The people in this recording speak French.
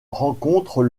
rencontrent